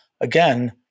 again